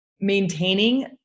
maintaining